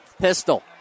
Pistol